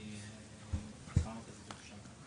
היא תחנה מרכזית בירושלים.